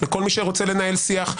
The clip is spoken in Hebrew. אתה באמת לא חושב שאין פה בעיה?